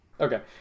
Okay